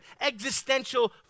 existential